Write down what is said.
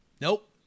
Nope